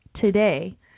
today